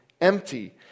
empty